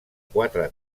quatre